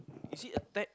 is it a tag